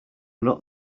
not